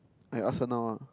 I ask her now ah